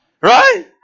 Right